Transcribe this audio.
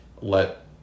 let